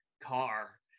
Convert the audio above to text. car